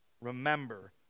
remember